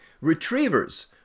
Retrievers